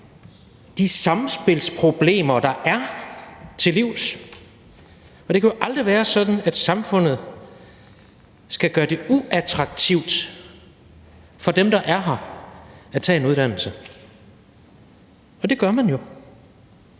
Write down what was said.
de samspilsproblemer, der er, til livs. Det kan jo aldrig være sådan, at samfundet skal gøre det uattraktivt for dem, der er her, at tage en uddannelse. Men det gør man jo